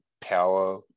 power